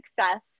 success